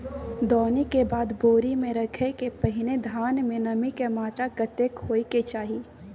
दौनी के बाद बोरी में रखय के पहिने धान में नमी के मात्रा कतेक होय के चाही?